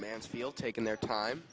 mansfield taken their time